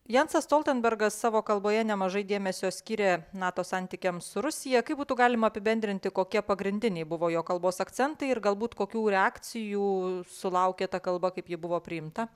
jansas stoltenbergas savo kalboje nemažai dėmesio skyrė nato santykiams su rusija kaip būtų galima apibendrinti kokie pagrindiniai buvo jo kalbos akcentai ir galbūt kokių reakcijų sulaukė ta kalba kaip ji buvo priimta